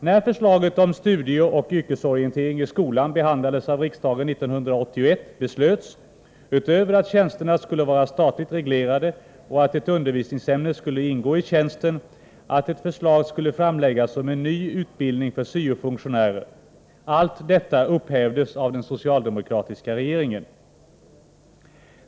När förslaget om studieoch yrkesorientering i skolan behandlades av riksdagen 1981 beslöts, utöver att tjänsterna skulle vara statligt reglerade och att ett undervisningsämne skulle ingå i tjänsten, att ett förslag skulle framläggas om en ny utbildning för syo-funktionärer. Allt detta upphävdes av den socialdemokratiska regeringen.